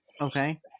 Okay